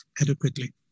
adequately